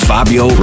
Fabio